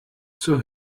zur